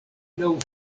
laŭ